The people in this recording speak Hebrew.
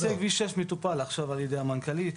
נושא כביש 6 מטופל עכשיו על ידי המנכ"לית,